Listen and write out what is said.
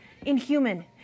inhuman